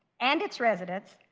and its residents,